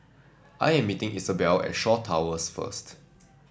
I am meeting Isobel at Shaw Towers first